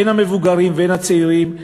הן המבוגרים והן הצעירים,